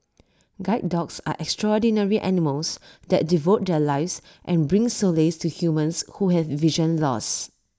guide dogs are extraordinary animals that devote their lives and bring solace to humans who have vision loss